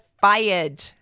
fired